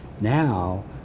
Now